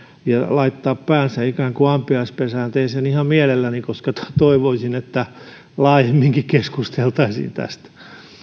ja laittaa päänsä ikään kuin ampiaispesään teen sen ihan mielelläni koska toivoisin että laajemminkin keskusteltaisiin tästä